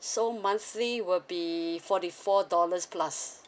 so monthly will be forty four dollars plus